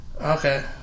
Okay